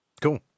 Cool